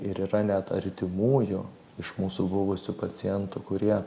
ir yra net artimųjų iš mūsų buvusių pacientų kurie